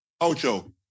Ocho